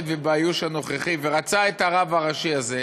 ובאיוש הנוכחי ורצה את הרב הראשי הזה,